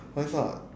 why not